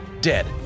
Dead